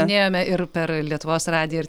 minėjome ir per lietuvos radiją ir